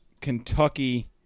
Kentucky